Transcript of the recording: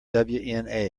wna